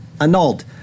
annulled